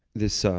this